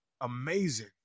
amazing